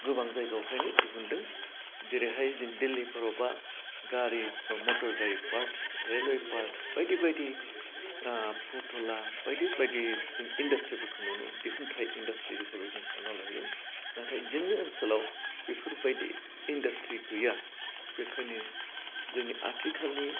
गोबां जायगायावखायनो दिहुन्दों जेरैहाय जों दिल्लीफोराव बा गारि बा मटर गारि पार्स रेलवे पार्टस बायदि बायदि ओह बुट'ला बायदि बायदि जों इन्डासट्रिफोरखौ नुनो दिहुन्थाइ इन्डासट्रि हिसाबै जों सान्ना लायो नाथाय जोंनि ओनसोलाव बेफोर बायदि इन्डासट्रि गैया बेखायनो जोंनि आथिखालनि